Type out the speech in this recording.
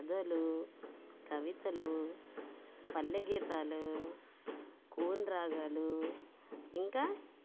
కథలు కవితలు పల్లెగీతాలు కూని రాగాలు ఇంకా